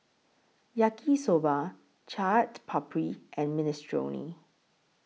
Yaki Soba Chaat Papri and Minestrone